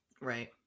right